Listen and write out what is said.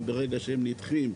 אז ברגע שהם נדחים,